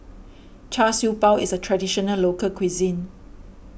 Char Siew Bao is a Traditional Local Cuisine